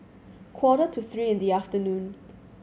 quarter to three in the afternoon